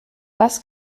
was